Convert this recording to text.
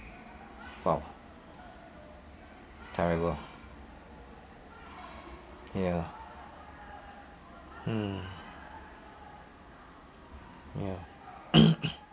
!wow! terrible ya mm ya